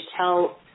tell